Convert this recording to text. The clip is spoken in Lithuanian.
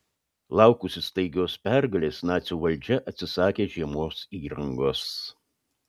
laukusi staigios pergalės nacių valdžia atsisakė žiemos įrangos